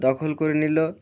দখল করে নিল